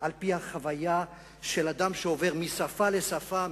על-פי החוויה של אדם שעובר משפה לשפה,